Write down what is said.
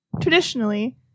Traditionally